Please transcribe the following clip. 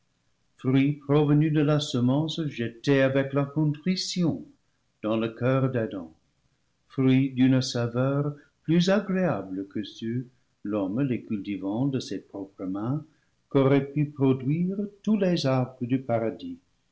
provenus de la semence jetée avec la contrition dans le coeur d'adam fruits d'une saveur plus agréable que ceux l'homme les cultivant de ses propres mains qu'auraient pu produire tous les arbres du paradis